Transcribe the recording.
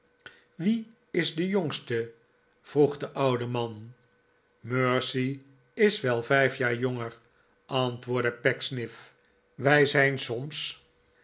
wie is de jongste vroeg de oude man mercy is wel vijf jaar jonger antwoordde pecksniff wij zijn soms